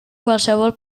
qualsevol